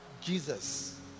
Jesus